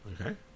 Okay